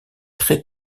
très